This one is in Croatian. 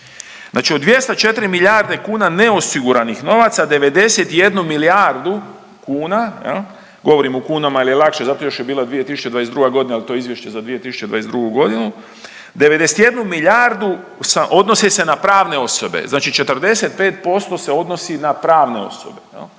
Znači od 204 milijarde kuna neosiguranih novaca 91 milijardu kuna jel, govorim u kunama jel je lakše zato jel još je bila 2022.g., jel to je izvješće za 2022.g., 91 milijardu odnose se na pravne osobe, znači 45% se odnosi na pravne osobe